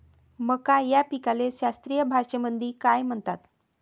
मका या पिकाले शास्त्रीय भाषेमंदी काय म्हणतात?